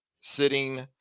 sitting